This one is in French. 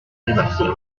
sébastien